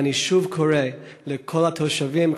ואני שוב קורא לכל התושבים,